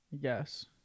Yes